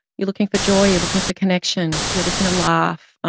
you're looking for joy. you're looking for connection. you're looking to laugh.